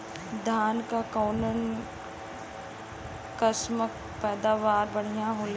धान क कऊन कसमक पैदावार बढ़िया होले?